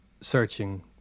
searching